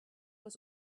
was